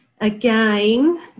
again